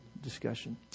discussion